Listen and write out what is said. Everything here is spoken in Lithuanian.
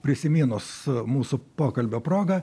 prisiminus mūsų pokalbio proga